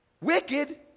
Wicked